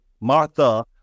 Martha